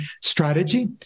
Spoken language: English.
strategy